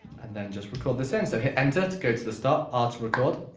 and then just record the sound, so hit enter to go to the start, r to record,